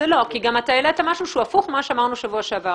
אתה גם העלית משהו שהוא הפוך ממה שאמרנו בשבוע שעבר.